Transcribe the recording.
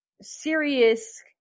serious